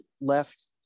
left